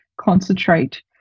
Concentrate